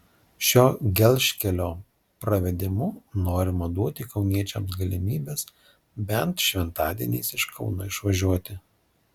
šio gelžkelio pravedimu norima duoti kauniečiams galimybes bent šventadieniais iš kauno išvažiuoti